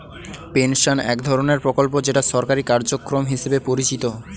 pension এক ধরনের প্রকল্প যেটা সরকারি কার্যক্রম হিসেবে পরিচিত